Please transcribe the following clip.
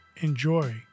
Enjoy